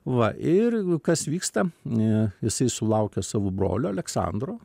va ir kas vyksta jisai sulaukia savo brolio aleksandro